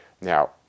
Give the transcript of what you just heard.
Now